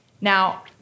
Now